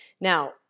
Now